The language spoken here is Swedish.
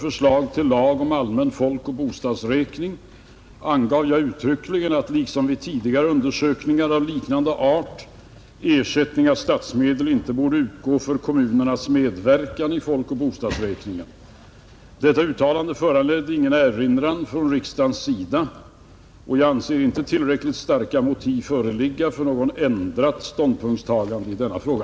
folkoch bostadsräkning angav jag uttryckligen, att liksom vid tidigare undersökningar av liknande art ersättning av statsmedel inte borde utgå för kommunernas medverkan i folkoch bostadsräkningen. Detta uttalande föranledde ingen erinran från riksdagen. Jag anser inte tillräckligt starka motiv föreligga för något ändrat ståndpunktstagande i denna fråga.